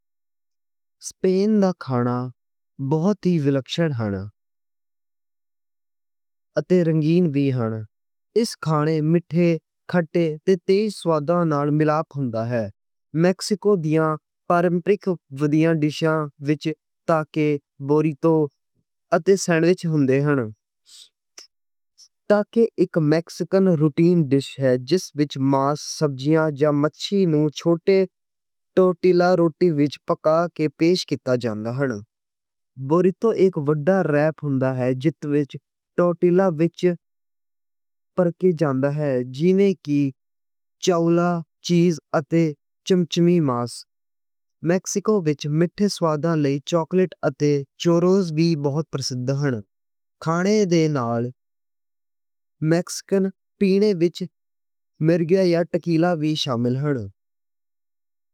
سپین دا کھانا بہت ہی وکھرا اَتے رنگین وی ہے۔ اِس کھانے مِٹھے کھٹے تیز سواد نال ملاپ ہوندا ہے۔ میکسیکو دیاں پرمپرائیں جُڑی ڈِشاں وِچ ٹاکے بولیتو ہوندے ہن۔ ٹاکو اِک میکسیکن روٹین ڈِش اے۔ جس وِچ ماس سبزیاں جا مچھلی نوں چھوٹے ٹورٹیلا رُوٹی وِچ پکا کے پیش کِیتا جاندا ہن۔ بولیتو اِک وڈا ریپ ہوندا اے۔ جِس وِچ ٹورٹیلا وِچ پار کے جاندا اے۔ جیوں کی چاول چیز اَتے چمچمی ماس، میکسیکو وِچ مٹھے سواد لئی شاکلٹ اَتے کوروز وی بہت مشہور ہن۔ کھانے دے نال میکسیکن پیے وِچ مارگریٹا یا ٹکیلا وی شامل ہن۔